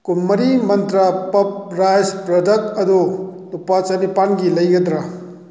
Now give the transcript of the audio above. ꯀꯨꯟꯃꯔꯤ ꯃꯟꯇ꯭ꯔ ꯄꯞ ꯔꯥꯏꯖ ꯄ꯭ꯔꯗꯛ ꯑꯗꯨ ꯂꯨꯄꯥ ꯆꯅꯤꯄꯥꯜꯒꯤ ꯂꯩꯒꯗ꯭ꯔꯥ